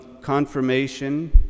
confirmation